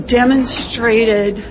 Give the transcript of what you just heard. demonstrated